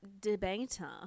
debater